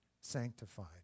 sanctified